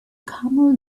camel